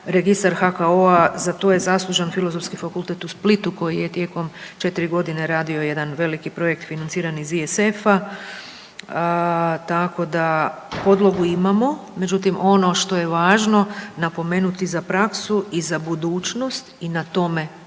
Registar HKO-a za to je zaslužan Filozofski fakultet u Splitu koji je tijekom 4 godine radio jedan veliki projekt financiran iz ISF-a. Tako da podlogu imamo, međutim ono što važno napomenuti za praksu i za budućnost i na tome